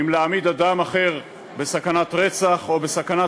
אם להעמיד אדם אחר בסכנת רצח או בסכנת